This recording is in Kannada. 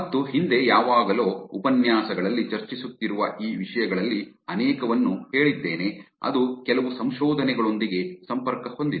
ಮತ್ತು ಹಿಂದೆ ಯಾವಾಗಲೂ ಉಪನ್ಯಾಸಗಳಲ್ಲಿ ಚರ್ಚಿಸುತ್ತಿರುವ ಈ ವಿಷಯಗಳಲ್ಲಿ ಅನೇಕವನ್ನು ಹೇಳಿದ್ದೇನೆ ಅದು ಕೆಲವು ಸಂಶೋಧನೆಗಳೊಂದಿಗೆ ಸಂಪರ್ಕ ಹೊಂದಿದೆ